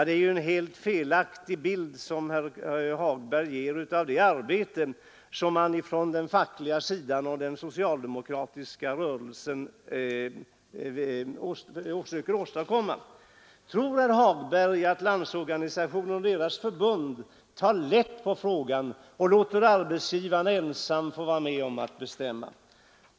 Det är ju en helt felaktig bild som herr Hagberg ger av det arbete som man på fackligt håll och inom den socialdemokratiska rörelsen utför. Tror herr Hagberg att Landsorganisationen och dess förbund tar lätt på frågan och låter arbetsgivarna ensamma bestämma?